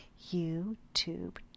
YouTube